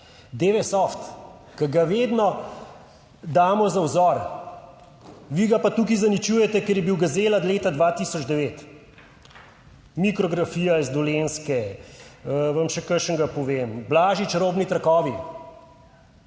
Dewesoft, ki ga vedno damo za vzor, vi ga pa tukaj zaničujete, ker je bil gazela od leta 2009. Mikrografija iz Dolenjske. Vam še kakšnega povem. Blažič robni trakovi,